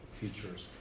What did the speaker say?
features